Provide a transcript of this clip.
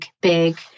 big